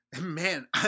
man